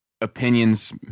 opinions